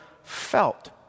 felt